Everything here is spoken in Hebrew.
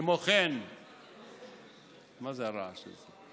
כמו כן, מה זה הרעש הזה?